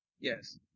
Yes